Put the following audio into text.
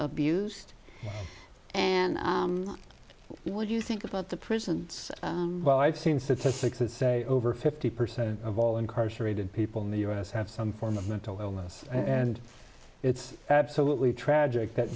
abused and what do you think about the prisons well i've seen statistics that over fifty percent of all incarcerated people in the us have some form of mental illness and it's absolutely tragic